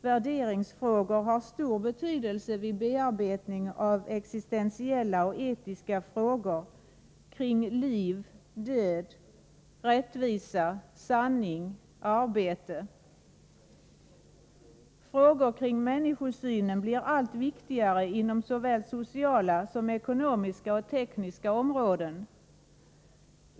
Värderingsfrågor har stor betydelse vid bearbetning av existensiella och etiska frågor kring liv, död, arbete, rättvisa och sanning. Frågor kring människosynen blir allt viktigare inom såväl sociala som ekonomiska och tekniska områden.